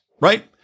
right